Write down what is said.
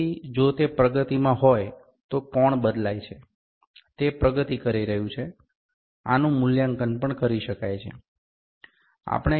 તેથી જો તે પ્રગતિમાં હોય તો કોણ બદલાય છે તે પ્રગતિ કરી રહ્યું છે આનું મૂલ્યાંકન પણ કરી શકાય છે